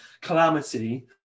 calamity